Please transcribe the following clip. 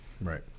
Right